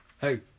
Hey